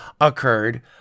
occurred